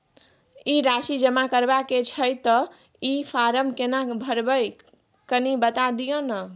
ई राशि जमा करबा के छै त ई फारम केना भरबै, कनी बता दिय न?